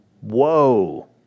Whoa